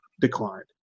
declined